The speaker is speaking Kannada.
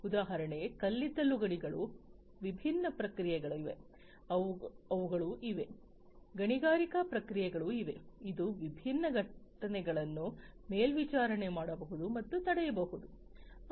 ಉದಾಹರಣೆಗೆ ಕಲ್ಲಿದ್ದಲು ಗಣಿಗಳು ವಿಭಿನ್ನ ಪ್ರಕ್ರಿಯೆಗಳಿವೆ ಅವುಗಳು ಇವೆ ಗಣಿಗಾರಿಕೆ ಪ್ರಕ್ರಿಯೆಗಳು ಇವೆ ಇದು ವಿಭಿನ್ನ ಘಟನೆಗಳನ್ನು ಮೇಲ್ವಿಚಾರಣೆ ಮಾಡಬಹುದು ಮತ್ತು ತಡೆಯಬಹುದು